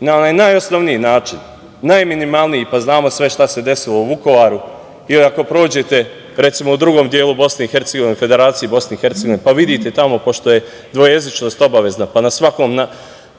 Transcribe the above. na onaj najosnovniji način, najminimalniji, pa znamo sve šta se desilo u Vukovaru, ili ako prođete u drugom delu BiH, Federaciji BiH, pa vidite tamo, pošto je dvojezičnost obavezna, pa na svakom